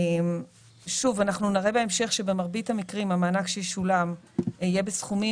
בהמשך נראה שבמרבית המקרים המענק שישולם יהיה בסכומים